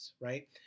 right